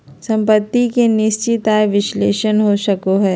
सम्पत्ति के निश्चित आय विश्लेषण हो सको हय